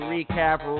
Recap